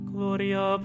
Gloria